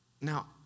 Now